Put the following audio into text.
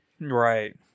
Right